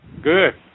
Good